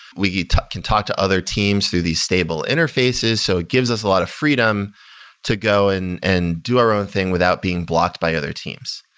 we can talk to other teams through these stable interfaces, so it gives us a lot of freedom to go and and do our own thing without being blocked by other teams.